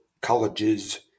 colleges